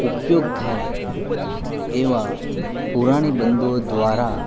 ઉપયોગ થાય એવા પુરાણી બંધુઓ દ્વારા